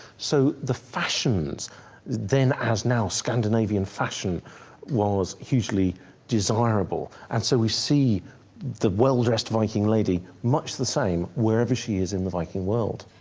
so the fashions then as now scandinavian fashion was hugely desirable and so we see the well-dressed viking lady much the same wherever she is in the viking world.